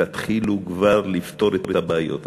תתחילו כבר לפתור את הבעיות האלה.